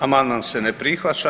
Amandman se ne prihvaća.